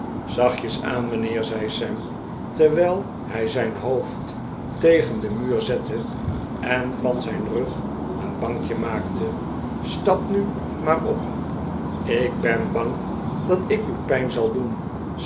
zachtjes aan mijnheer zei sam terwijl hij zijn hoofd tegen den muur zette en van zijn rug een bankje maakte stap nu maar op ik ben bang dat ik u pijn zal doen